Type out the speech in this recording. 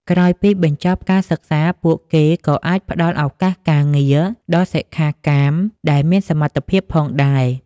ក្រោយពីបញ្ចប់ការសិក្សា ពួកគេក៏អាចផ្តល់ ឱកាសការងារ ដល់សិក្ខាកាមដែលមានសមត្ថភាពផងដែរ។